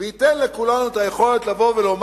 וייתן לכולנו את היכולת לומר: